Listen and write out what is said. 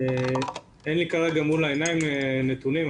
אין לי כרגע מול העיניים נתונים.